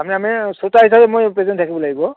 আমি আমি শ্ৰোতা হিচাপে মই প্ৰেজেণ্ট থাকিব লাগিব